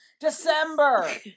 December